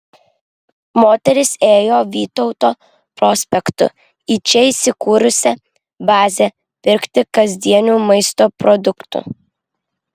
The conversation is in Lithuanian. moteris ėjo vytauto prospektu į čia įsikūrusią bazę pirkti kasdienių maisto produktų